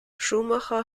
schumacher